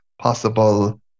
possible